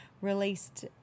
released